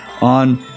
on